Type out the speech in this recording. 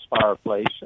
fireplace